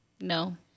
no